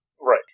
right